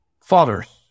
fathers